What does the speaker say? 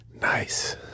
Nice